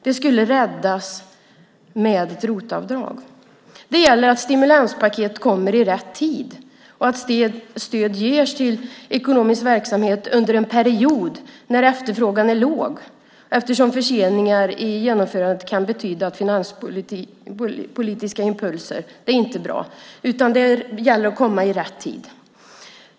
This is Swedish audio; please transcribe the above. De skulle räddas med ett ROT-avdrag. Det gäller att stimulanspaket kommer i rätt tid så att stöd ges till ekonomisk verksamhet under en period när efterfrågan är låg, eftersom förseningar i genomförandet kan betyda finanspolitiska impulser. Det är inte bra, utan det gäller att komma i rätt tid.